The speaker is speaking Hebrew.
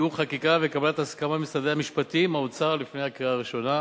לתיאום חקיקה ולקבלת הסכמה ממשרדי המשפטים והאוצר לפני הקריאה הראשונה.